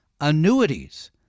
annuities